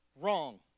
wrong